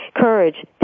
Courage